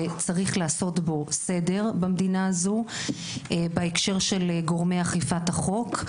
שצריך לעשות בו סדר במדינה הזאת בהקשר של גורמי אכיפת החוק,